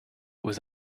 aux